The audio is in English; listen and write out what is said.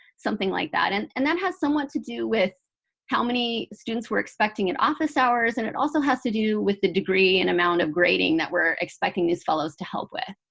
something like that. and and that has somewhat to do with how many students we're expecting at office hours. and it also has to do with the degree and amount of grading that we're expecting these fellows to help with.